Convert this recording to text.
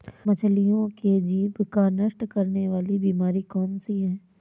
मछलियों के जीभ को नष्ट करने वाली बीमारी कौन सी है?